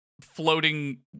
floating